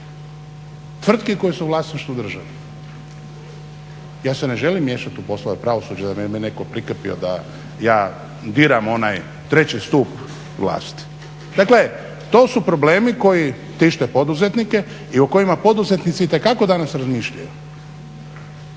tvrtke koje su u vlasništvu države. Ja se ne želim miješati u poslove pravosuđa da mi ne bi netko prikrpio da ja diram onaj treći stup vlasti. Dakle to su problemi koji tište poduzetnike i o kojima poduzetnici itekako danas razmišljaju.